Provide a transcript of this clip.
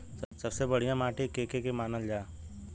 सबसे बढ़िया माटी के के मानल जा?